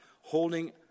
holding